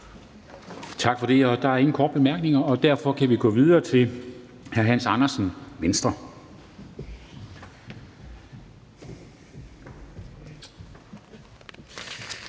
Tak for det. Der er ingen korte bemærkninger, og derfor kan vi gå videre til hr. Hans Andersen, Venstre.